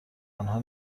آنها